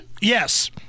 Yes